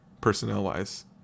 personnel-wise